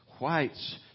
whites